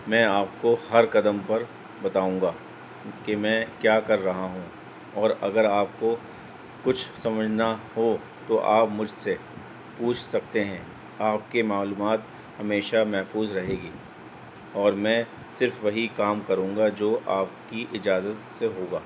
میں آپ کو ہر قدم پر بتاؤں گا کہ میں کیا کر رہا ہوں اور اگر آپ کو کچھ سمجھنا ہو تو آپ مجھ سے پوچھ سکتے ہیں آپ کے معلومات ہمیشہ محفوظ رہے گی اور میں صرف وہی کام کروں گا جو آپ کی اجازت سے ہوگا